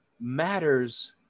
matters